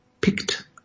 picked